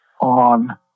on